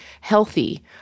healthy